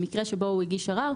במקרה שבו הוא הגיש ערר,